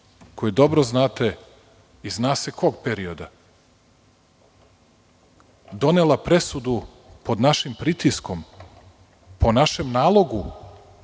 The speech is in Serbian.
koju dobro znate iz zna se kog perioda, donela presudu pod našim pritiskom, po našem nalogu